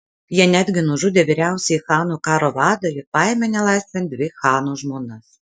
jie netgi nužudė vyriausiąjį chano karo vadą ir paėmė nelaisvėn dvi chano žmonas